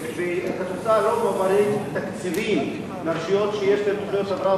כיצד לא מועברים תקציבים לרשויות שיש להן תוכניות הבראה